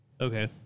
Okay